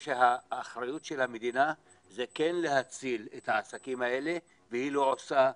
שהאחריות של המדינה זה כן להציל את העסקים האלה והיא לא עושה מספיק.